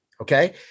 okay